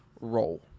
role